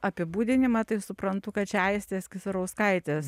apibūdinimą tai suprantu kad čia aistės kisarauskaitės